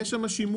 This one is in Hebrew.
שיש שם שימוע.